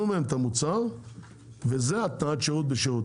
מהם את המוצר וזה התניית שירות בשירות.